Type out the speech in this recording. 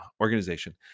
organization